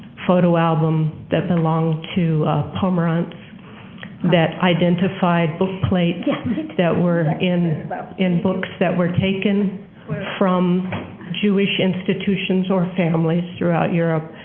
photo album that belonged to pomrenz that identified book plates that were in in books that were taken from jewish institutions or families throughout europe.